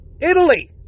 Italy